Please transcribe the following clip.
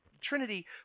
Trinity